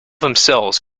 themselves